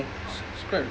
mm quite